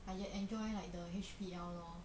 like you enjoy like the H_B_L lor